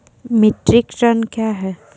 Metric tonne कया हैं?